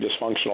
dysfunctional